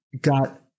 got